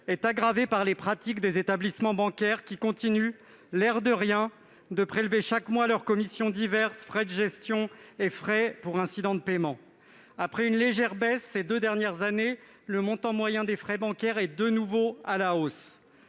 est aggravée par les pratiques des établissements bancaires, qui continuent, l'air de rien, de prélever chaque mois leurs commissions diverses, frais de gestion et frais pour incidents de paiement. Après une légère baisse ces deux dernières années, le montant moyen des frais bancaires est de nouveau à la hausse.